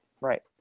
Right